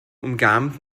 umgarnt